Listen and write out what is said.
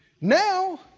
Now